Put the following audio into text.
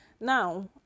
now